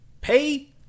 pay